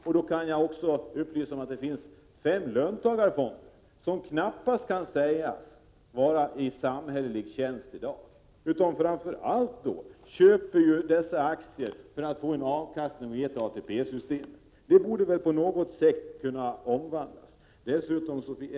Jag kan också upplysa om att det finns fem löntagarfonder som knappast kan sägas vara i samhällelig tjänst i dag. Framför allt köper de ju aktier för att få en avkastning att ge till ATP-systemet. Det borde väl på något sätt kunna omvandlas.